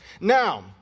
Now